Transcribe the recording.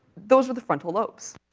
those are the frontal lobes.